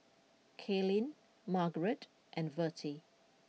Kaylyn Margarete and Vertie